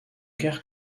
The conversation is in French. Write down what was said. guère